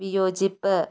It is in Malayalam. വിയോചിപ്പ്